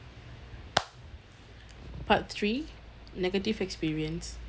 part three negative experience